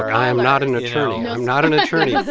i am not an attorney. i'm not an attorney.